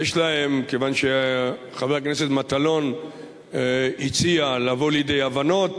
כיוון שחבר הכנסת מטלון הציע לבוא לידי הבנות,